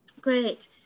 great